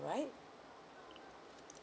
alright